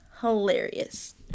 Hilarious